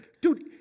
Dude